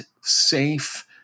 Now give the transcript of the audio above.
safe